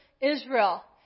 Israel